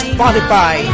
Spotify